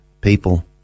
people